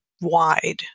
wide